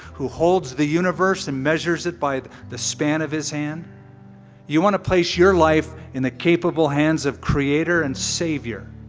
who holds the universe and measures it by the span of his hand you want to place your life in the capable hands of creator and saviour,